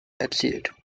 erzielt